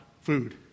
food